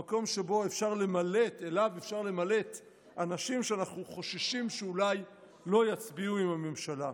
המקום שאליו אפשר למלט אנשים שאנחנו חוששים שאולי לא יצביעו עם הממשלה.